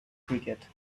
cricket